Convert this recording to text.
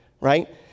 right